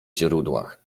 źródłach